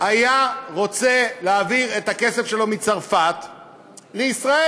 היה רוצה להעביר את הכסף שלו מצרפת לישראל,